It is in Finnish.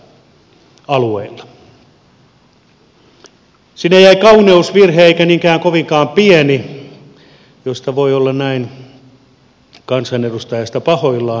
sinne jäi kauneusvirhe eikä niinkään kovinkaan pieni josta voi olla näin kansanedustajana pahoillaan